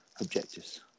objectives